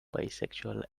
bisexual